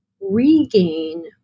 regain